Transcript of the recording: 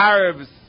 Arabs